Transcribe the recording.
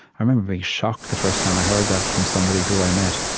i remember being shocked, the first time i heard that from somebody who i met,